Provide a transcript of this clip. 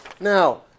Now